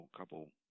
couple